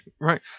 right